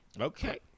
Okay